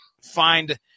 find